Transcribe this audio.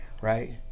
right